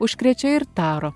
užkrečia ir taro